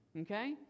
okay